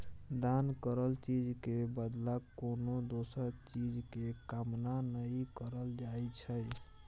दान करल चीज के बदला कोनो दोसर चीज के कामना नइ करल जाइ छइ